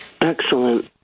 Excellent